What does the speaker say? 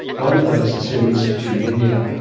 one of those, the serum institute of india,